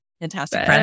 Fantastic